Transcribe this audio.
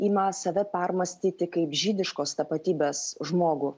ima save permąstyti kaip žydiškos tapatybės žmogų